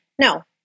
No